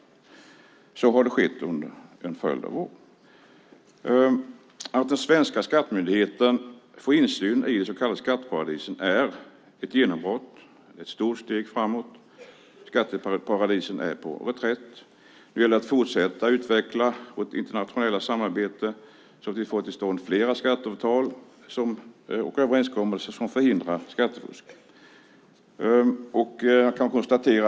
Det har skett under en följd av år. Att den svenska skattemyndigheten får insyn i de så kallade skatteparadisen är ett genombrott, ett stort steg framåt. Skatteparadisen är på reträtt. Det gäller att fortsätta att utveckla vårt internationella samarbete så att vi får till stånd flera skatteavtal och överenskommelser som förhindrar skattefusk.